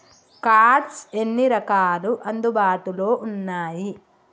Cards ఎన్ని రకాలు అందుబాటులో ఉన్నయి?